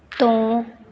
ਤੋਂ